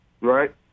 right